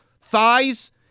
thighs